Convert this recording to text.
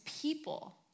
people